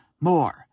more